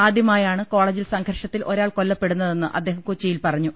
ആദ്യമായാണ് കോളെജിൽ സംഘർഷത്തിൽ ഒരാൾ കൊല്ലപ്പെടുന്നതെന്ന് അദ്ദേഹം കൊച്ചിയിൽ പറഞ്ഞു